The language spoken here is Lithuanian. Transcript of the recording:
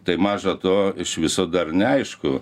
tai maža to iš viso dar neaišku